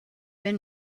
been